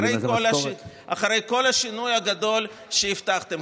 אחרי כל השינוי הגדול שהבטחתם.